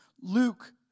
Luke